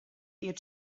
iad